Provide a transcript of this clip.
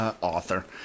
author